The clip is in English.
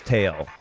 Tale